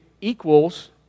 equals